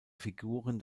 figuren